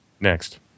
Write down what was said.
Next